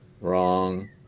Wrong